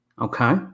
Okay